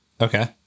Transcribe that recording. Okay